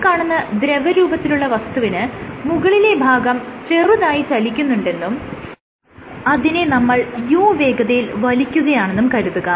ഈ കാണുന്ന ദ്രവരൂപത്തിലുള്ള വസ്തുവിന് മുകളിലെ ഭാഗം ചെറുതായി ചലിക്കുന്നുണ്ടെന്നും അതിനെ നമ്മൾ u വേഗതയിൽ വലിക്കുകയാണെന്നും കരുതുക